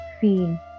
feel